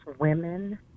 women